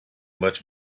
much